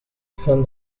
from